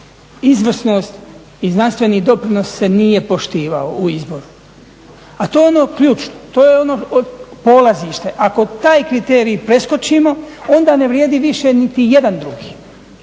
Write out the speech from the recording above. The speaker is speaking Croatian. izvrsnost i znanstveni doprinos se nije poštivao u izboru, a to je ono ključno, to je ono polazište. Ako taj kriterij preskočimo onda ne vrijedi više niti jedan drugi